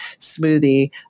smoothie